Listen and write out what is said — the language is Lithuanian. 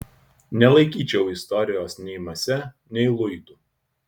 nelaikyčiau istorijos nei mase nei luitu